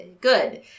good